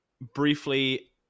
briefly